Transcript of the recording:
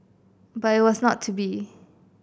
but it was not to be